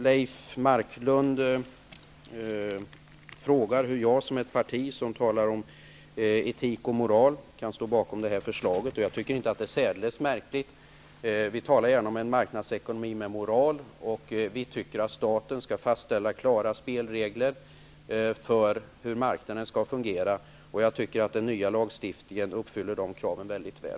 Leif Marklund frågade hur en representant för ett parti som talar om etik och moral kan stå bakom förslaget. Jag tycker inte det är särdeles märkligt. Vi talar om en marknadsekonomi med moral. Staten skall fastställa klara spelregler för hur marknaden skall fungera. Jag tycker att den nya lagstiftningen kommer att uppfylla detta krav väldigt väl.